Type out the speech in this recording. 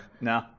No